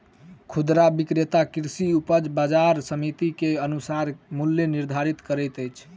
खुदरा विक्रेता कृषि उपज बजार समिति के अनुसार मूल्य निर्धारित करैत अछि